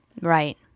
Right